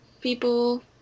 people